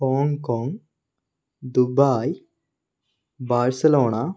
Hong Kong Dubai Barcelona